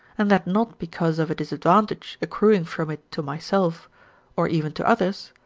and that not because of a disadvantage accruing from it to myself or even to others,